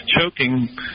choking